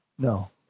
No